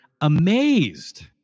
amazed